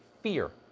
fear.